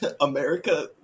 america